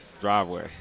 driveway